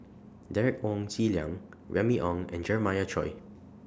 Derek Wong Zi Liang Remy Ong and Jeremiah Choy